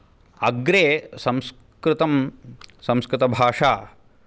अग्रे संस्कृतं संस्कृतभाषा